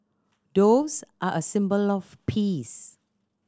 doves are a symbol of peace